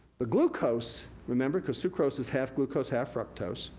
the glucose, remember, cause sucrose is half glucose half fructose,